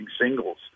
singles